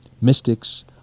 mystics